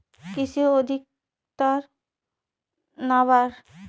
কৃষি অধিকর্তার নাম্বার?